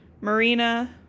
Marina